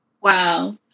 Wow